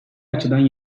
açıdan